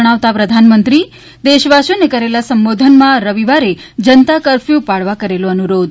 જણાવતાં પ્રધાનમંત્રી દેશવાસીઓને કરેલા સંબોધનમાં રવિવારે જનતા કર્ફયું પાળવા કરેલો અનુરોધ